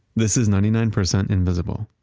this is ninety nine percent invisible.